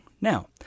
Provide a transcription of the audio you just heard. Now